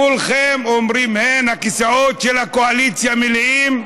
כולכם אומרים הן, הכיסאות של הקואליציה מלאים.